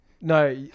No